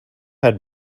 had